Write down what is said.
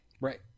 Right